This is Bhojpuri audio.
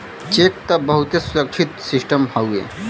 चेक त बहुते सुरक्षित सिस्टम हउए